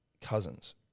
cousins